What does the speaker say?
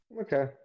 Okay